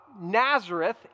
Nazareth